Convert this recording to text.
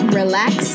relax